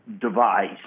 device